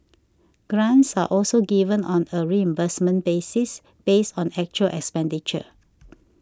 grants are also given on a reimbursement basis based on actual expenditure